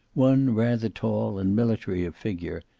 one rather tall and military of figure,